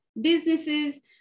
businesses